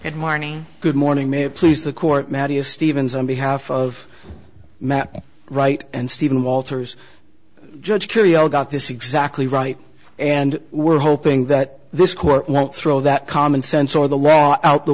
good morning good morning may it please the court matty a stevens on behalf of matt right and stephen walters judge jury all got this exactly right and we're hoping that this court won't throw that common sense or the law out the